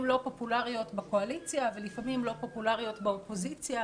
לא פופולריות בקואליציה ולפעמים לא פופולריות באופוזיציה,